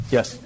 Yes